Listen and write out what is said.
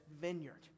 vineyard